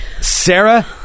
Sarah